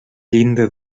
llinda